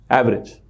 average